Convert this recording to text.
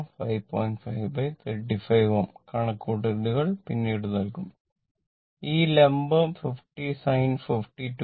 5 35 Ω കണക്കുകൂട്ടലുകൾ പിന്നീട് നൽകാം ഈ ലംബം 50 sin 52